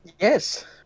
Yes